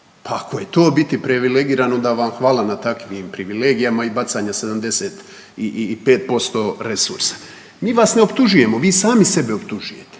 Pa ako je to biti privilegiran, onda vam hvala na takvim privilegijama i bacanja 75% resursa. Mi vas ne optužujemo, vi sami sebe optužujete.